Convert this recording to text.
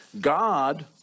God